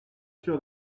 sûr